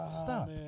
Stop